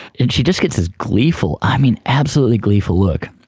and she just gets this gleeful, i mean absolutely gleeful look.